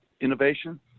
innovation